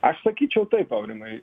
aš sakyčiau taip aurimai